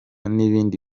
n’ibindi